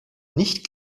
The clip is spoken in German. nicht